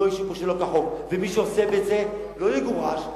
לא ישבו פה שלא כחוק ומי שעושה את זה לא יגורש,